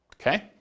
Okay